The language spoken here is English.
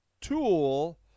tool